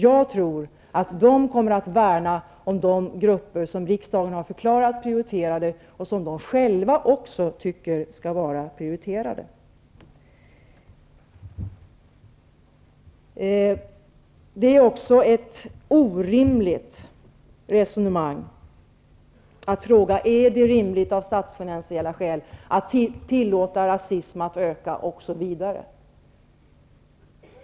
Jag tror att de kommer värna om de grupper som riksdagen har förklarat prioriterade och som de själva också tycker skall vara prioriterade. Det är även ett orimligt resonemang att fråga: Är det rimligt av statsfinansiella skäl att tillåta rasism att öka osv.?